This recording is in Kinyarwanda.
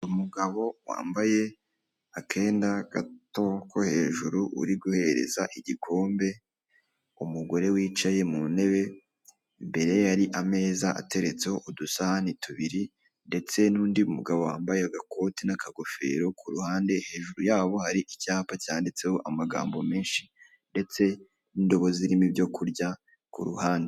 Umugabo wambaye akenda gato ko hejuru uri guhereza igikombe umugore wicaye mu ntebe imbere yari ameza ateretseho udusahani tubiri ndetse nu'ndi mugabo wambaye agakoti n'akagofero kuruhande hejuru yabo hari icyapa cyanditseho amagambo menshi ndetse n'indobo zirimo ibyoku kurya ku ruhande.